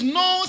no